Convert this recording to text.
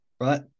right